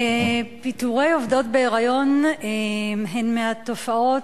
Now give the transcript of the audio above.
פיטורי עובדות בהיריון הם מהתופעות,